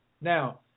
Now